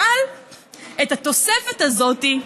אבל את התוספת הזאת,